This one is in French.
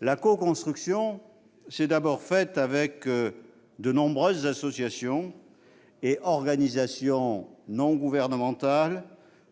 La coconstruction s'est d'abord faite avec de nombreuses associations et organisations non gouvernementales